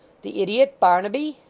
the idiot? barnaby